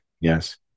Yes